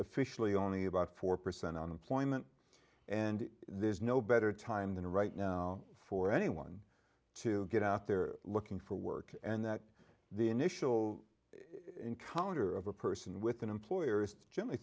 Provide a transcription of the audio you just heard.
officially only about four percent unemployment and there's no better time than right now for anyone to get out there looking for work and that the initial encounter of a person with an employer is